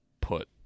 put